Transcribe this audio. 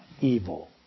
evil